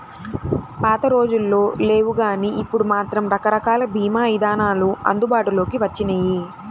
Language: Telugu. పాతరోజుల్లో లేవుగానీ ఇప్పుడు మాత్రం రకరకాల భీమా ఇదానాలు అందుబాటులోకి వచ్చినియ్యి